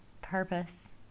purpose